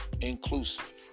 inclusive